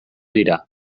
dira